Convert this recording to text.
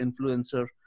influencer